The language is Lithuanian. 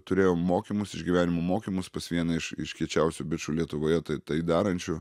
turėjom mokymus išgyvenimo mokymus pas vieną iš iš kiečiausių bičų lietuvoje tai tai darančių